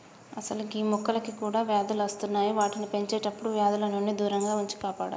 అసలు గీ మొక్కలకి కూడా వ్యాధులు అస్తున్నాయి వాటిని పెంచేటప్పుడు వ్యాధుల నుండి దూరంగా ఉంచి కాపాడాలి